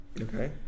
okay